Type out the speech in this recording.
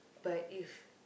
but if